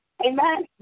Amen